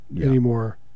anymore